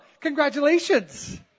Congratulations